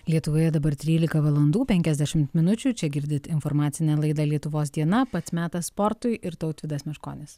lietuvoje dabar trylika valandų penkiasdešimt minučių čia girdit informacinę laidą lietuvos diena pats metas sportui ir tautvydas meškonis